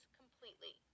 completely